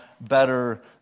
better